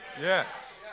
Yes